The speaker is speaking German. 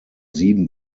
sieben